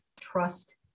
trust